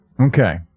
Okay